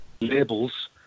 labels